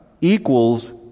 equals